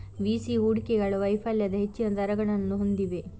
VC ಹೂಡಿಕೆಗಳು ವೈಫಲ್ಯದ ಹೆಚ್ಚಿನ ದರಗಳನ್ನು ಹೊಂದಿವೆ